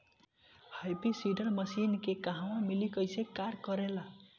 Happy seeder machine के कहवा मिली कैसे कार कर ला?